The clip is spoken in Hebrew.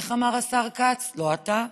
איך אמר השר כץ, לא אתה: